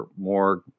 more